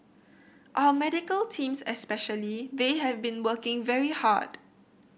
our medical teams especially they have been working very hard